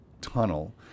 tunnel